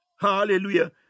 Hallelujah